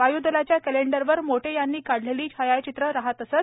वाय्दलाच्या कॅलेंडरवर मोटे यांनी काढलेली छायाचित्रे राहत असत